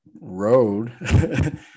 road